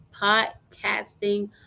podcasting